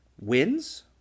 wins